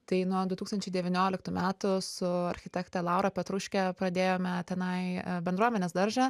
tai nuo du tūkstančiai devynioliktų metų su architekte laura petruške pradėjome tenai bendruomenės daržą